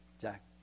Jack